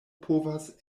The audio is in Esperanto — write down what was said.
povas